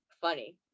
funny